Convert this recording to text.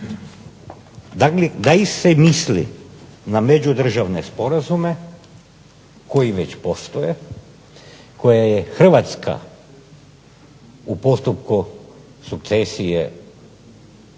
Da li se misli na međudržavne sporazume koji već postoje, koje je Hrvatska u postupku sukcesije preuzela